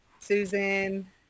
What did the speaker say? Susan